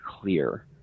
clear